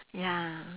ya